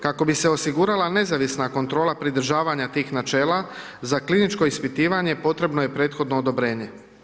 Kako bi se osigurala nezavisna kontrola pridržavanja tih načela, za kliničko ispitivanje potrebno je prethodno odobrenje.